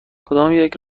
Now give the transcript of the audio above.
کدامیک